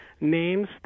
names